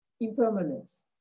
impermanence